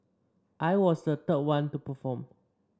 I was the third one to perform